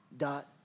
dot